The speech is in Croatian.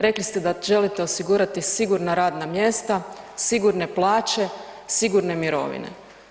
Rekli ste da želite osigurati sigurna radna mjesta, sigurne plaće, sigurne mirovine.